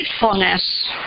faithfulness